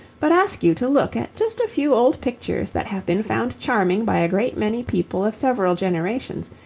but ask you to look at just a few old pictures that have been found charming by a great many people of several generations,